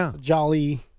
jolly